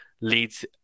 leads